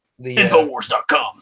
Infowars.com